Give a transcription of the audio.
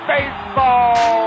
Baseball